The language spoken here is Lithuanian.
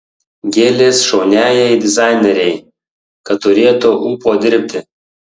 gėlės šauniajai dizainerei kad turėtų ūpo dirbti